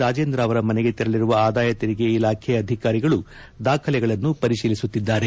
ರಾಜೇಂದ್ರ ಅವರ ಮನೆಗೆ ತೆರಳಿರುವ ಆದಾಯ ತೆರಿಗೆ ಇಲಾಖೆ ಅಧಿಕಾರಿಗಳು ದಾಖಲೆಗಳನ್ನು ಪರಿಶೀಲಿಸುತ್ತಿದ್ದಾರೆ